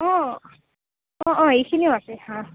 অঁ অঁ এইখিনিও আছে হা